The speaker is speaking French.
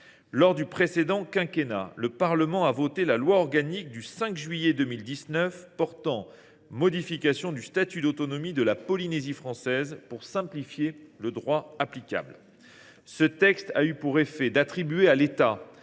cours du précédent quinquennat, le Parlement a voté la loi organique du 5 juillet 2019 portant modification du statut d’autonomie de la Polynésie française, et ce afin de simplifier le droit applicable. Cette loi a eu pour effet d’attribuer à l’État